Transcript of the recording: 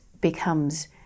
becomes